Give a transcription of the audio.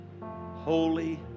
holy